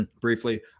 briefly